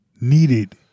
needed